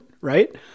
right